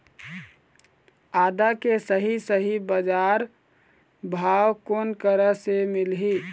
आदा के सही सही बजार भाव कोन करा से मिलही?